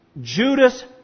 Judas